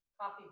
coffee